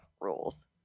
rules